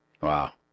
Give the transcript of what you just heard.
Wow